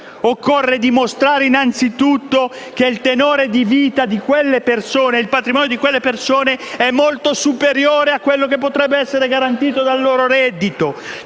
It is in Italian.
Occorre dimostrare innanzitutto che il tenore di vita di quelle persone, il patrimonio di quelle persone è molto superiore a quello che potrebbe essere garantito dal loro reddito.